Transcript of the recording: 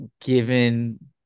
given